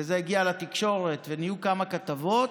וזה הגיע לתקשורת ונהיו כמה כתבות.